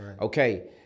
okay